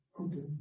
okay